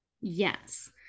Yes